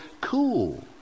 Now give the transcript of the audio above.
cool